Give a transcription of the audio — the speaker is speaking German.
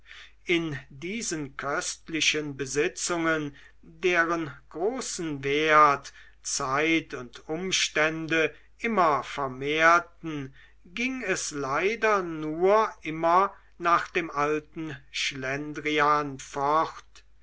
in diesen köstlichen besitzungen deren großen wert zeit und umstände immer vermehren ging es leider nur immer nach dem alten schlendrian fort